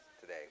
today